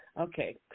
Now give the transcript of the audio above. Okay